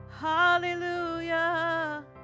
hallelujah